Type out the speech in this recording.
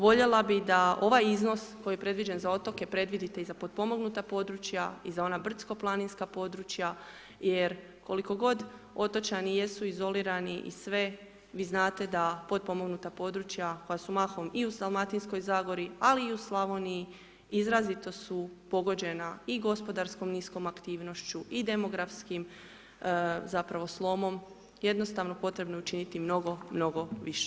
Voljela bi da ovaj iznos koji je predviđen za otoke, predvidite i za potpomognuta područja, i za ona brdsko planinska područja, jer koliko god otočani jesu izolirani i sve, vi znate da potpomognuta područja koja su mahom i u Dalmatinskoj zagori, ali i u Slavoniji, izrazito su pogođena i gospodarskom niskom aktivnošću, i demografskim zapravo slomom, jednostavno potrebno je učiniti mnogo, mnogo više.